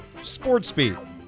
sportsbeat